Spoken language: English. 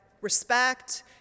respect